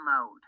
mode